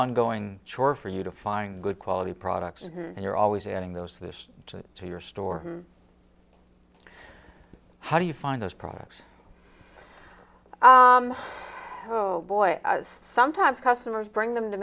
ongoing chore for you to find good quality products and you're always adding those fish to your store how do you find those products boy sometimes customers bring them to